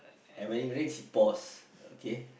and when it reach pause okay